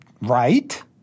Right